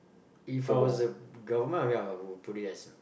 If I was a government I mean I would put it as